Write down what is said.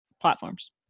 platforms